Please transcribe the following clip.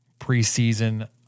preseason